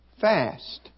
fast